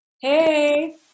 Hey